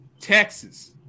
Texas